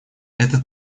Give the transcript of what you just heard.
это